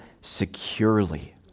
securely